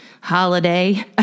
holiday